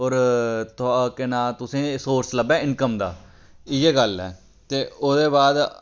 होर थु केह् नांऽ तुसें गी सोर्स लब्भै इनकम दा इ'यै गल्ल ऐ ते ओह्दे बाद